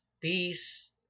peace